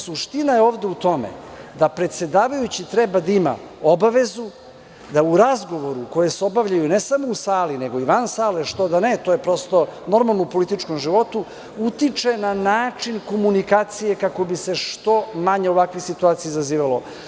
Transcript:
Suština je u tome da predsedavajući treba da ima obavezu da u razgovoru koji se obavlja, ne samo u sali, nego i van sale, što da ne, to je prosto normalno u političkom životu, utiče na način komunikacije kako bi se što manje ovakvih situacija izazivalo.